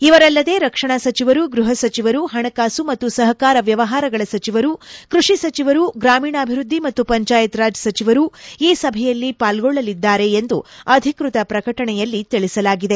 ಇವರಲ್ಲದೆ ರಕ್ಷಣಾ ಸಚಿವರು ಗೃಹ ಸಚಿವರು ಪಣಕಾಸು ಮತ್ತು ಸಪಕಾರ ವ್ಯವಹಾರಗಳ ಸಚಿವರು ಕೃಷಿ ಸಚಿವರು ಗ್ರಾಮೀಣಾಭಿವೃದ್ಧಿ ಮತ್ತು ಪಂಚಾಯತ್ ರಾಜ್ಯ ಸಚಿವರು ಈ ಸಭೆಯಲ್ಲಿ ಪಾಲ್ಗೊಳ್ಳಲಿದ್ದಾರೆ ಎಂದು ಅಧಿಕೃತ ಪ್ರಕಟಣೆಯಲ್ಲಿ ತಿಳಿಸಲಾಗಿದೆ